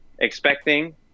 expecting